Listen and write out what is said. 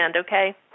okay